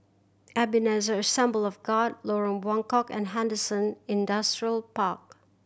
Ebenezer Assembly of God Lorong Buangkok and Henderson Industrial Park